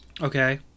Okay